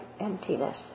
emptiness